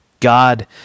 God